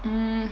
mm